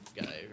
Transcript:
guy